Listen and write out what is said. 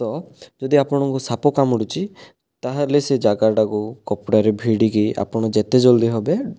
ତ ଯଦି ଆପଣଙ୍କୁ ସାପ କାମୁଡ଼ିଛି ତା'ହେଲେ ସେ ଜାଗାଟାକୁ କପଡ଼ାରେ ଭିଡ଼ିକି ଆପଣ ଯେତେ ଜଲ୍ଦି ହେବେ